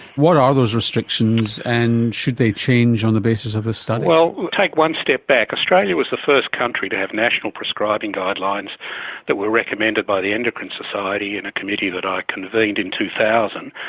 what are those restrictions and should they change on the basis of this study? well, we'll take one step back. australia was the first country to have national prescribing guidelines that were recommended by the endocrine society in a committee that i convened in two thousand.